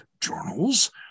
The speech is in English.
journals